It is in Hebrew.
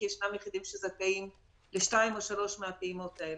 כי ישנם יחידים שזכאים לשתיים או שלוש מהפעימות האלה.